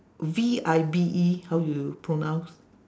V I B E how you pronounce